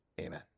amen